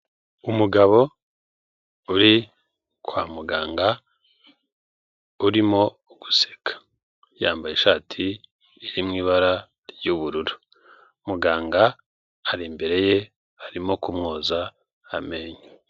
Umugabo uri kwa muganga urimo guseka yambaye ishati iri mu ibara ry'ubururu, muganga ari imbere ye arimo kumwoza amenyo.